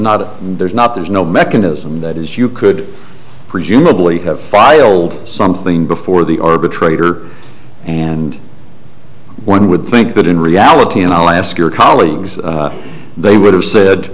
and there's not there's no mechanism that is you could presumably have filed something before the arbitrator and one would think that in reality and i'll ask your colleagues they would have said